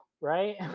right